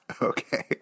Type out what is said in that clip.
Okay